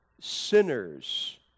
sinners